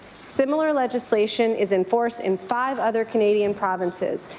similar legislation is in force in five other canadian provinces,